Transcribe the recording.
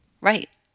Right